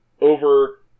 over